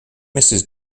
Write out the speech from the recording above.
mrs